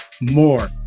more